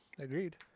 agreed